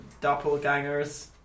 doppelgangers